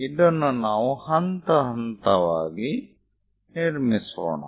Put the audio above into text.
ಇದನ್ನು ನಾವು ಹಂತ ಹಂತವಾಗಿ ನಿರ್ಮಿಸೋಣ